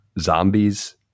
zombies